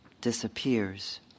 disappears